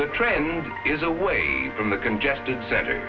the trend is away from the congested center